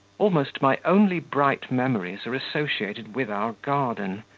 almost my only bright memories are associated with our garden.